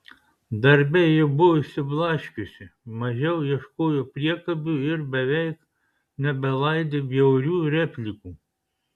darbe ji buvo išsiblaškiusi mažiau ieškojo priekabių ir beveik nebelaidė bjaurių replikų